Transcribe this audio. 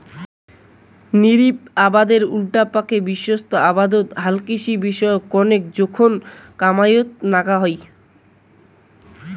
নিবিড় আবাদের উল্টাপাকে বিস্তৃত আবাদত হালকৃষি বিষয়ক কণেক জোখন কামাইয়ত নাগা হই